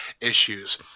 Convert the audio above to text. issues